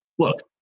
look,